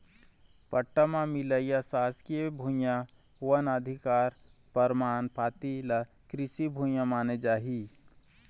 पट्टा म मिलइया सासकीय भुइयां, वन अधिकार परमान पाती ल कृषि भूइया माने जाही